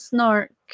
Snark